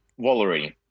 Wallery